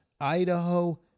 Idaho